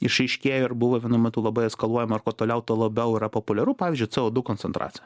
išaiškėjo ir buvo vienu metu labai eskaluojama ir kuo toliau tuo labiau yra populiaru pavyzdžiui c o du koncentracija